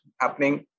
happening